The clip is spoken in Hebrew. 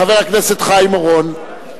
חבר הכנסת חיים אורון.